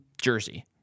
Jersey